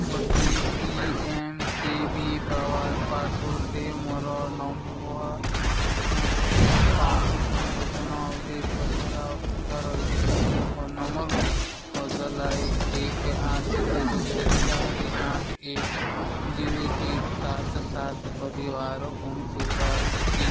ମୋତେ P M K V power ମୋର ସୂଚନା ଅପଡ଼େଟ୍ କରିବାର ଆବଶ୍ୟକତା ରହିଛି ମୋ ଫୋନ ନମ୍ବରକୁ ବଦଳାଇ ଏକ ଆଠ ଜିରୋ ଚାରି ଆଠ ଏକ ଜିରୋ ଜିରୋ ସାତ ସାତ କରିବାର କୌଣସି ଉପାୟ ଅଛି କି